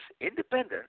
independent